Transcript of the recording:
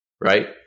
right